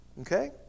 Okay